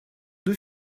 deux